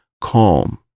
calm